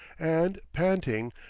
and, panting,